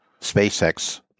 SpaceX